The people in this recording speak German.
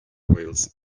wales